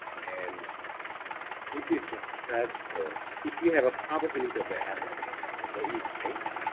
and this is a phred score. if you have a probability of ah error for each base,